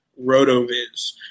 Rotoviz